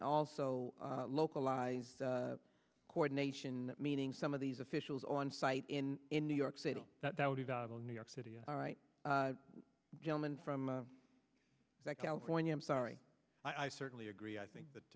also localized coordination meaning some of these officials on site in in new york city that that would be valuable in new york city all right gentleman from california i'm sorry i certainly agree i think that